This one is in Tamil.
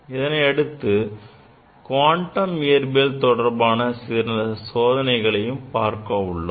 இதனை அடுத்து குவாண்டம் இயற்பியல் தொடர்பான சில சோதனைகளை பார்க்க உள்ளோம்